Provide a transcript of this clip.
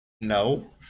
No